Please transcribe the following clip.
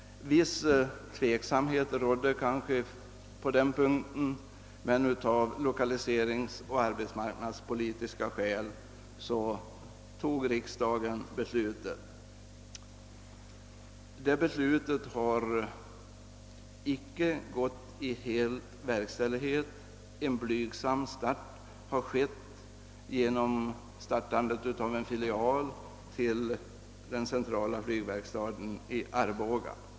Viss tveksamhet rådde kanske på den punkten, men av lokaliseringsoch arbetsmarknadspolitiska skäl fattade riksdagen beslutet. Detta beslut har icke gått i full verkställighet; en blygsam början har skett genom startande av en filial till den centrala flygverkstaden i Arboga.